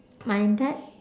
my dad